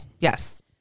Yes